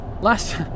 last